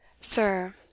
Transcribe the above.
sir